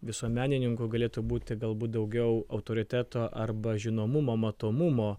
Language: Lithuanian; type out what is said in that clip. visuomenininkų galėtų būti galbūt daugiau autoriteto arba žinomumo matomumo